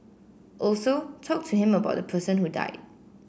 also talk to him about the person who died